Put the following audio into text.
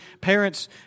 parents